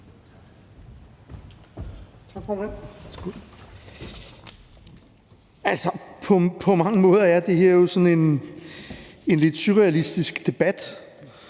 På mange måder er det her jo en lidt surrealistisk debat